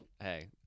hey